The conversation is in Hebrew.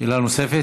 שאלה נוספת.